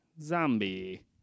zombie